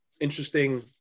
interesting